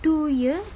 two years